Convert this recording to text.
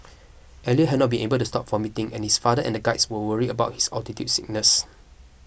Elliot had not been able to stop vomiting and his father and guides were worried about his altitude sickness